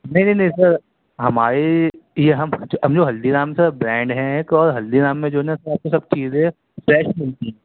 نہیں نہیں نہیں سر ہمارے یہ ہم اب جو ہلدی رام سر برانڈ ہیں ایک اور ہلدی رام میں جو ہے نا سر آپ کو سب چیزیں فریش ملتی ہیں